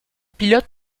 pilote